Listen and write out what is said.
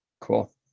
Cool